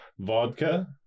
Vodka